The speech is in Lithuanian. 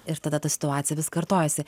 ir tada ta situacija vis kartojasi